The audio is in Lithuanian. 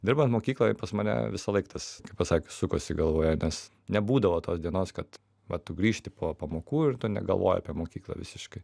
dirbant mokykloje pas mane visąlaik tas kaip pasakius sukasi galvoje nes nebūdavo tos dienos kad va tu grįžti po pamokų ir tu negalvoji apie mokyklą visiškai